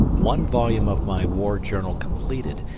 one volume of my war-journal completed,